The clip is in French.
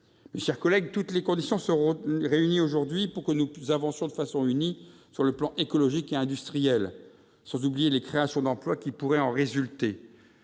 de 2022-2024. Toutes les conditions sont réunies pour que nous avancions de façon unie sur le plan écologique et industriel, sans oublier les créations d'emplois qui pourraient en résulter.